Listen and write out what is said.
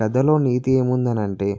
కథలో నీతి ఏముందనంటే